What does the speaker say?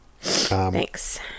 thanks